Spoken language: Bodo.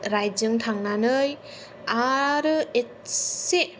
राइटजों थांनानै आरो एसे